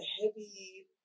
heavy